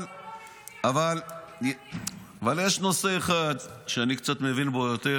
אבל יש נושא אחד שאני מבין בו קצת יותר,